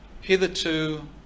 hitherto